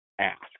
ask